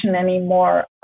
anymore